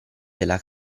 della